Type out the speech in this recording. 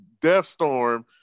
Deathstorm